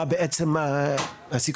מה בעצם הסיכום.